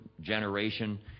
generation